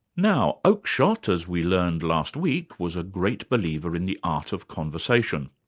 now oakeshott, as we learned last week, was a great believer in the art of conversation.